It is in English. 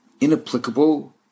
inapplicable